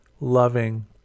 loving